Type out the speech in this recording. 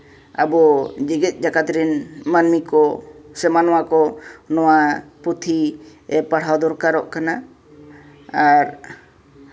ᱟᱵᱚ ᱡᱮᱜᱮᱛ ᱡᱟᱠᱟᱛ ᱨᱮᱱ ᱢᱟᱹᱱᱢᱤ ᱠᱚ ᱥᱮ ᱢᱟᱱᱣᱟ ᱠᱚ ᱱᱚᱣᱟ ᱯᱩᱛᱷᱤ ᱯᱟᱲᱦᱟᱣ ᱫᱚᱨᱠᱟᱨᱚᱜ ᱠᱟᱱᱟ ᱟᱨ